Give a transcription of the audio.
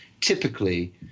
typically